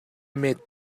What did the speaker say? met